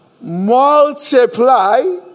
multiply